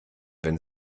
wenn